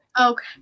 Okay